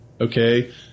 Okay